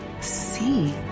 see